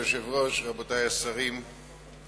אדוני היושב-ראש, רבותי השרים,